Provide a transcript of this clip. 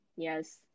Yes